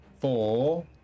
four